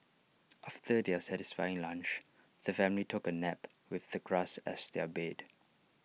after their satisfying lunch the family took A nap with the grass as their bed